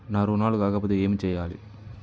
నా రుణాలు కాకపోతే ఏమి చేయాలి?